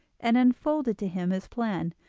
and unfolded to him his plan,